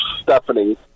Stephanie